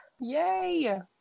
Yay